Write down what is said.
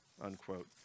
unquote